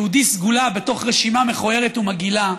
יהודי סגולה בתוך רשימה מכוערת ומגעילה,